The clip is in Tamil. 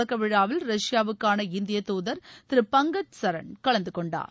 தொடக்க விழாவில் ரஷ்பாவுக்கான இந்திய தூதர் திரு பங்கஜ் சரன் கலந்து கொண்டார்